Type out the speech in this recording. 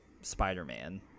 Spider-Man